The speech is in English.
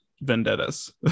Vendettas